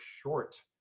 short